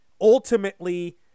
ultimately